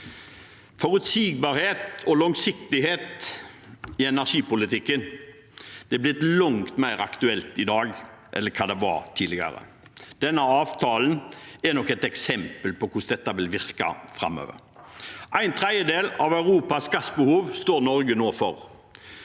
Forutsigbarhet og langsiktighet i energipolitikken er blitt langt mer aktuelt i dag enn det var tidligere. Denne avtalen er nok et eksempel på hvordan dette vil virke framover. En tredjedel av Europas gassbehov står Norge nå for.